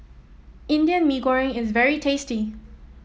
Indian Mee Goreng is very tasty